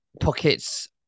pockets